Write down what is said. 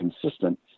consistent